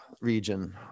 region